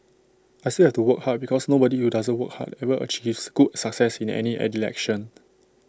I still have to work hard because nobody who doesn't work hard ever achieves good success in any election